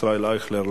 ישראל אייכלר,